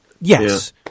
Yes